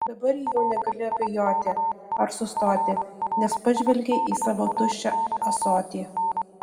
dabar jau negali abejoti ar sustoti nes pažvelgei į savo tuščią ąsotį